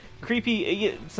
creepy